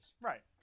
Right